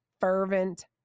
fervent